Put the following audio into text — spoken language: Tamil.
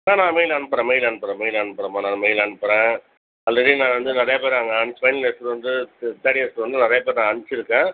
ஆ நான் மெயில் அனுப்புகிறேன் மெயில் அனுப்புகிறேன் மெயில் அனுப்புகிறேன்ப்பா நான் மெயில் அனுப்புகிறேன் ஆல்ரெடி நான் வந்து நிறையா பேரை அங்கே ஃபைனல் இயர் ஸ்டூடெண்ட்டு இது தேர்ட் இயர் ஸ்டூடெண்ட்டுன்னு நிறைய பேர் நான் அனுப்பிச்சிருக்கேன்